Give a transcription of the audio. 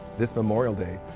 this memorial day,